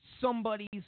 somebody's